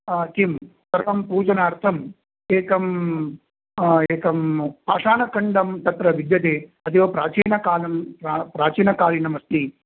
किं सर्वं पूजनार्थम् एकं एकं पाशाणखण्डं तत्र विद्यते अतीवप्राचीनकालं प्राचीनकालीनमस्ति